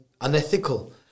unethical